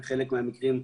ובחלק מהמקרים,